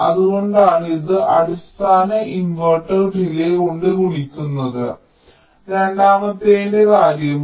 അതുകൊണ്ടാണ് ഇത് അടിസ്ഥാന ഇൻവെർട്ടർ ഡിലേയ്യ് കൊണ്ട് ഗുണിക്കുന്നത് രണ്ടാമത്തേതിന്റെ കാര്യമോ